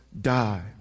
die